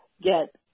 get